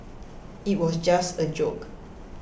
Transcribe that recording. it was just a joke